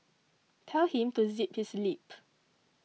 tell him to zip his lip